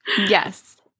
Yes